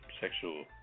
sexual